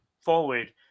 forward